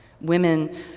women